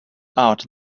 out